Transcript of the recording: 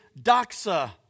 doxa